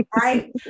right